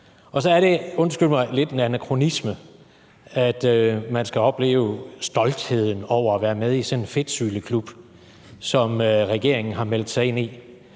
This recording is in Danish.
Så det er lidt – undskyld mig – en anakronisme, at man skal opleve stoltheden over at være med i sådan en fedtsyleklub, som regeringen har meldt sig ind i.